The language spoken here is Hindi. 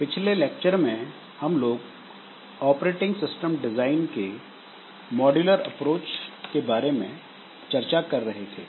पिछले लेक्चर में हम लोग ऑपरेटिंग सिस्टम डिजाइन के मॉड्यूलर अप्रोच के बारे में चर्चा कर रहे थे